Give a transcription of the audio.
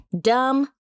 Dumb